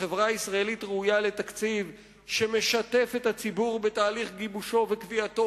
החברה הישראלית ראויה לתקציב שמשתף את הציבור בתהליך גיבושו וקביעתו,